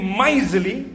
miserly